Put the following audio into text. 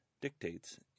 dictates